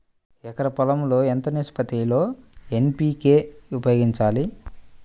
ఎకరం పొలం లో ఎంత నిష్పత్తి లో ఎన్.పీ.కే ఉపయోగించాలి?